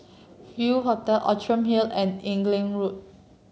View Hotel Outram Hill and Inglewood